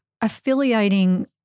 affiliating